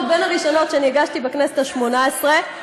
בין הראשונות שאני הגשתי בכנסת השמונה-עשרה,